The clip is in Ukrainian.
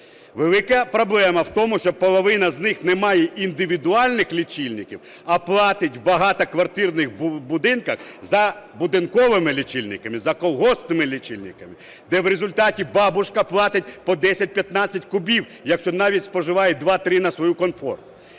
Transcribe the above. Велика проблема в тому, що половина з них не має індивідуальних лічильників, а платить в багатоквартирних будинках за будинковими лічильниками, за колгоспними лічильниками, де в результаті бабушка платить по 10-15 кубів, якщо навіть споживає 2-3 на свою конфорку.